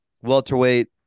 welterweight